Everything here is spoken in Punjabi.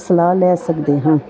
ਸਲਾਹ ਲੈ ਸਕਦੇ ਹਾਂ